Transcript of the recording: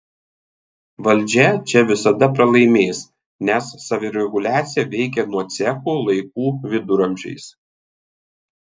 valdžia čia visada pralaimės nes savireguliacija veikia nuo cechų laikų viduramžiais